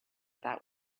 that